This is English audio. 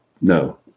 no